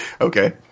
Okay